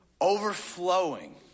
overflowing